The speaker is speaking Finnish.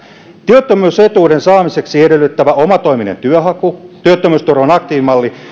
työttömyysetuuden saamiseksi edellytettävä omatoiminen työnhaku ja työttömyysturvan aktiivimalli